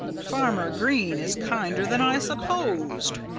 farmer green is kinder than i supposed.